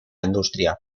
industria